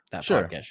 Sure